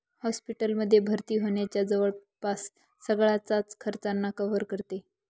hospital मध्ये भर्ती होण्याच्या जवळपास सगळ्याच खर्चांना कव्हर करते